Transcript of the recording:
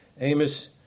Amos